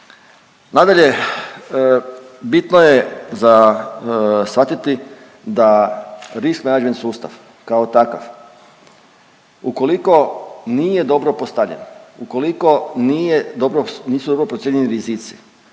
Nadalje, bitno je za shvatiti da risk managment sustav kao takav ukoliko nije dobro postavljen, ukoliko nisu dobro procijenjeni rizici,